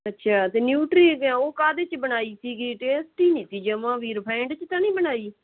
ਅੱਛਾ ਅਤੇ ਨਿਊਟਰੀ ਉਹ ਕਾਹਦੇ 'ਚ ਬਣਾਈ ਸੀਗੀ ਟੇਸਟ ਹੀ ਨਹੀਂ ਸੀ ਜਮਾਂ ਵੀ ਰਫੈਂਡ 'ਚ ਤਾਂ ਨਹੀਂ ਬਣਾਈ